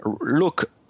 Look